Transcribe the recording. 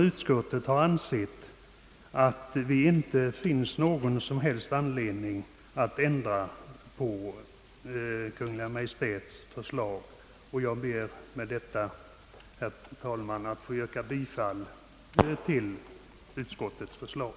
Utskottet har ansett att det i dag inte finns någon anledning att ändra Kung!. Maj:ts förslag, och jag ber, herr talman, att få yrka bifall till utskottets förslag.